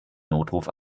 notruf